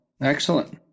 excellent